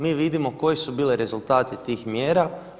Mi vidimo koji su bili rezultati tih mjera.